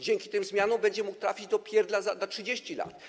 Dzięki tym zmianom będzie mógł trafić do pierdla na 30 lat.